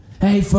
Hey